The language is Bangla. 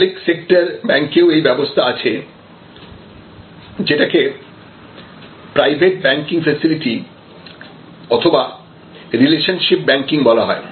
পাবলিক সেক্টরের ব্যাংকেও এই ব্যবস্থা আছে যেটাকে প্রাইভেট ব্যাংকিং ফেসিলিটি অথবা রিলেশনশিপ ব্যাংকিং বলা হয়